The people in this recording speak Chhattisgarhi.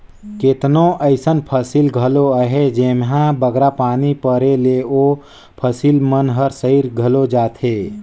केतनो अइसन फसिल घलो अहें जेम्हां बगरा पानी परे ले ओ फसिल मन हर सइर घलो जाथे